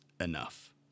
enough